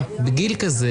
ובזום,